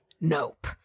nope